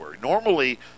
Normally